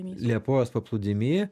liepojos paplūdimy